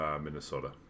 Minnesota